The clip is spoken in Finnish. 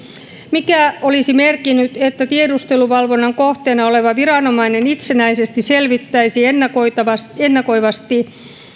mikä olisi merkinnyt että tiedusteluvalvonnan kohteena oleva viranomainen itsenäisesti selvittäisi ennakoivasti ennakoivasti